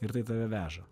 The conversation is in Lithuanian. ir tai tave veža